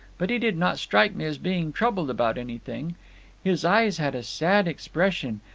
but he did not strike me as being troubled about anything his eyes had a sad expression,